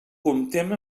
comptem